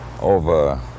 over